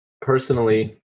personally